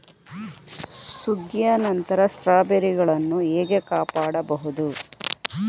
ಸುಗ್ಗಿಯ ನಂತರ ಸ್ಟ್ರಾಬೆರಿಗಳನ್ನು ಹೇಗೆ ಕಾಪಾಡ ಬಹುದು?